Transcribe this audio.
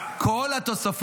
איזה חוק?